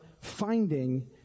finding